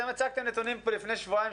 אתם הצגתם נתונים פה לפני שבועיים,